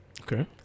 Okay